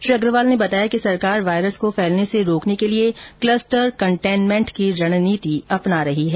श्री अग्रवाल ने बताया कि सरकार वायरस को फैलने से रोकने के लिए क्लस्टर कंटेनमेंट की रणनीति अपना रही है